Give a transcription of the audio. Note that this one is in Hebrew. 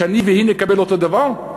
שאני והיא נקבל אותו דבר?